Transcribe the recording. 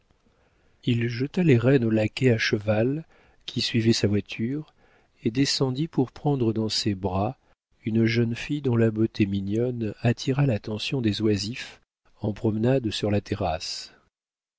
il jeta les rênes au laquais à cheval qui suivait sa voiture et descendit pour prendre dans ses bras une jeune fille dont la beauté mignonne attira l'attention des oisifs en promenade sur la terrasse